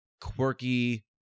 quirky